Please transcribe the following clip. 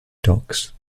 docks